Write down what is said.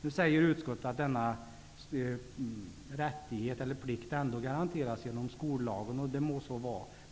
I utskottet säger man att denna rättighet eller plikt ändå garanteras genom skollagen. Det må så vara.